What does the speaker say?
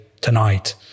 tonight